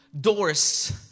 Doors